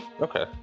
Okay